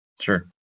Sure